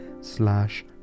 slash